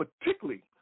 particularly